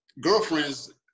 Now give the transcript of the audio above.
girlfriends